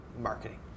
marketing